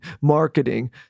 marketing